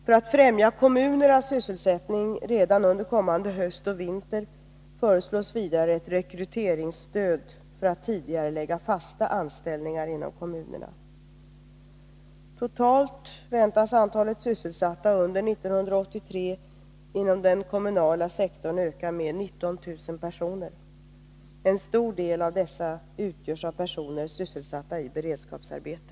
För att främja kommunernas sysselsättning redan under kommande höst och vinter föreslås vidare ett rekryteringsstöd för att tidigarelägga fasta anställningar inom kommunerna. Totalt väntas antalet sysselsatta under 1983 inom den kommunala sektorn öka med 19 000 personer. En stor del av dessa utgörs av personer sysselsatta i beredskapsarbete.